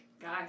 guys